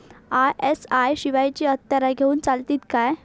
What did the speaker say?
ISI शिवायची हत्यारा घेऊन चलतीत काय?